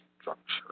structure